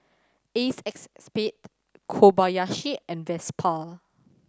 Ace XSPADE Kobayashi and Vespa